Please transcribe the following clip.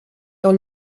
dans